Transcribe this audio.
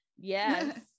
yes